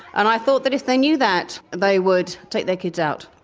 and i thought that if they knew that, they would take their kids out.